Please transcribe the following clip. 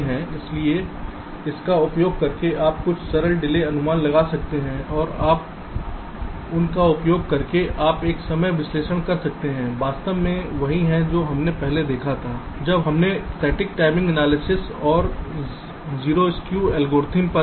इसलिए इसका उपयोग करके आप कुछ सरल डिले अनुमान लगा सकते हैं और उन का उपयोग करके आप एक समय विश्लेषण कर सकते हैं वास्तव में वही है जो हमने पहले देखा था जब हमने स्थैतिक समय विश्लेषण और 0 स्कू एल्गोरिदम पर चर्चा की थी ठीक था